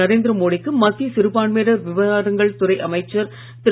நரேந்திர மோடிக்கு மத்திய சிறுபான்மையினர் விவகாரங்கள் துறை அமைச்சர் திரு